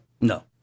No